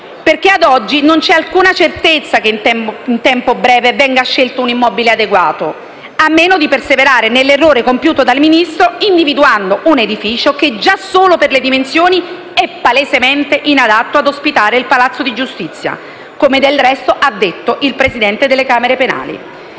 c'è. Ad oggi non c'è alcuna certezza che in un tempo breve venga scelto un immobile adeguato, a meno di perseverare nell'errore compiuto dal Ministro individuando un edificio che, già solo per le dimensioni, è palesemente inadatto a ospitare il palazzo di giustizia, come del resto ha detto il presidente delle camere penali.